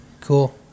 Cool